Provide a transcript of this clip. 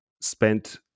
spent